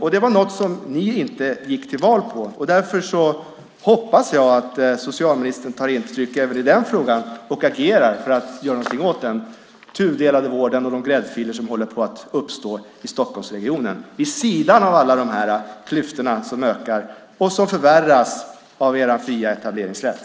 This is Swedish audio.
Det här var inte något som ni gick till val på, och därför hoppas jag att socialministern tar intryck även i den frågan och agerar för att göra något åt den tudelade vård och de gräddfiler som håller på att uppstå i Stockholmsregionen vid sidan av alla de klyftor som ökar och som förvärras av er fria etableringsrätt.